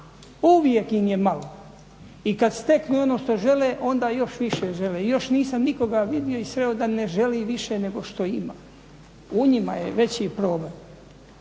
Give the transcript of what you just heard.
uvijek im je malo. I kad steknu ono što žele onda još više žele i još nisam nikoga vidio i sreo da ne želi više nego što ima. U njima je veći problem.